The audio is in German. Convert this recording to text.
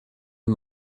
den